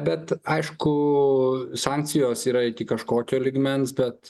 bet aišku sankcijos yra iki kažkokio lygmens bet